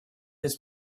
his